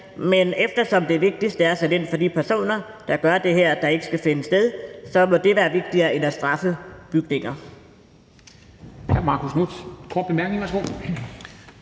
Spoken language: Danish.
Men eftersom det vigtigste er at sætte ind over for de personer, der gør det her, som ikke skal finde sted, så må det være vigtigere end at straffe bygninger.